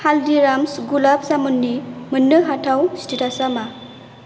हालदिराम्स गुलाब जामुननि मोन्नो हाथाव स्टेटासा मा